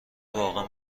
واقعا